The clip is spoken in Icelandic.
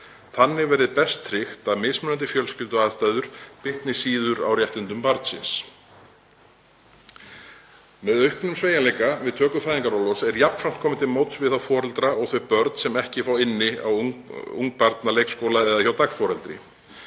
Þannig verði best tryggt að mismunandi fjölskylduaðstæður bitni síður á réttindum barnsins. Með auknum sveigjanleika við töku fæðingarorlofs er jafnframt komið til móts við þá foreldra og þau börn sem ekki fá inni á ungbarnaleikskóla eða hjá dagforeldri.